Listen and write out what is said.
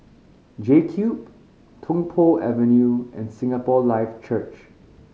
JCube Tung Po Avenue and Singapore Life Church